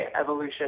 evolution